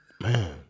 Man